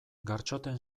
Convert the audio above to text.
gartxoten